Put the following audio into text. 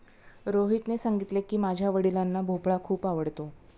रोहितने सांगितले की, माझ्या वडिलांना भोपळा खूप आवडतो